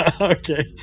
Okay